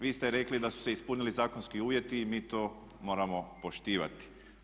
Vi ste rekli da su se ispunili zakonski uvjeti i mi to moramo poštivati.